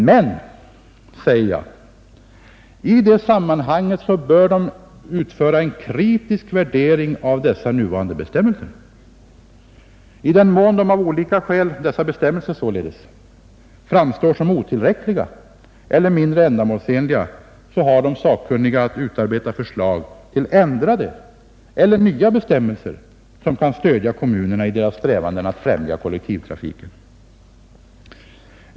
Men i det sammanhanget bör de utföra en kritisk värdering av dessa bestämmelser. I den mån dessa av olika skäl framstår som otillräckliga eller mindre ändamålsenliga har de sakkunniga att utarbeta förslag till ändrade eller fria bestämmelser som kan stödja kommunerna i deras strävanden att välja kollektivtrafiken.